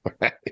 right